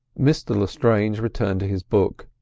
mr lestrange returned to his book,